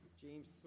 James